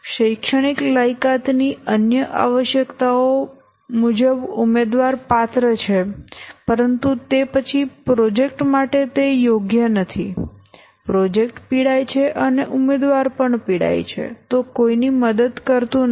શૈક્ષણિક લાયકાતની અન્ય આવશ્યકતાઓ મુજબ ઉમેદવાર પાત્ર છે પરંતુ તે પછી પ્રોજેક્ટ માટે તે યોગ્ય નથી પ્રોજેક્ટ પીડાય છે અને ઉમેદવાર પણ પીડાય છે તે કોઈની મદદ કરતું નથી